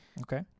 Okay